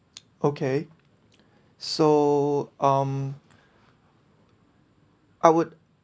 okay so um I would